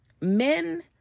Men